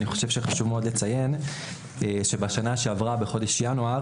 אני חושב שחשוב מאוד לציין שבשנה שעברה בחודש ינואר